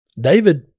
David